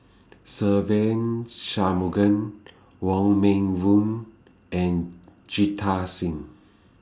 Se Ve Shanmugam Wong Meng Voon and Jita Singh